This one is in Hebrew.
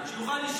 שיוכל לישון טוב.